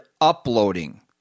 uploading